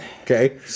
Okay